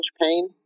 pain